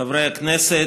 חברי הכנסת,